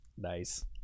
Nice